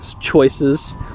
choices